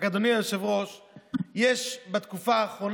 בוודאי שהוא איננו זרם